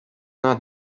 not